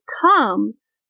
comes